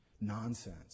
nonsense